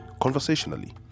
conversationally